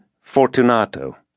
Fortunato